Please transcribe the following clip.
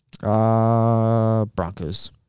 Broncos